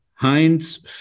Heinz